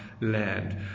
land